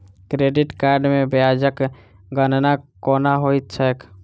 credit card मे ब्याजक गणना केना होइत छैक